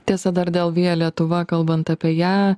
tiesa dar dėl via lietuva kalbant apie ją